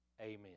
Amen